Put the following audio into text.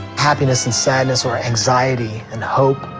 happiness and sadness or anxiety and hope.